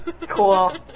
Cool